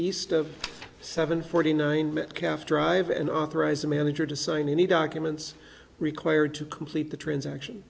of seven forty nine calf drive and authorized the manager to sign any documents required to complete the transaction